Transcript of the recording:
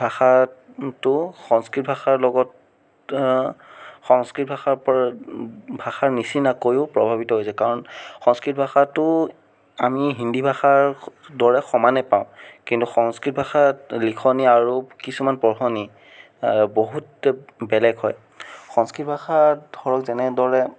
ভাষাটো সংস্কৃত ভাষাৰ লগত সংস্কৃত ভাষাৰ ওপ ভাষাৰ নিচিনাকৈও প্ৰভাৱিত হৈছে কাৰণ সংস্কৃত ভাষাটোও আমি হিন্দী ভাষাৰ দৰে সমানে পাওঁ কিন্তু সংস্কৃত ভাষাত লিখনি আৰু কিছুমান পঢ়নি বহুত বেলেগ হয় সংস্কৃত ভাষাত ধৰক যেনেদৰে